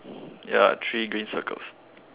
ya three green circles